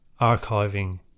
archiving